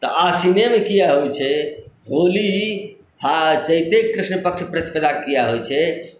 तऽ आश्विनमे किएक होइत छै होली फा चैते कृष्णपक्ष प्रतिपदा किएक होइत छै